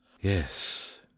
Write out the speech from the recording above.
Yes